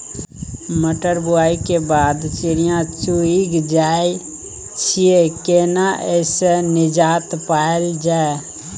मटर बुआई के बाद चिड़िया चुइग जाय छियै केना ऐसे निजात पायल जाय?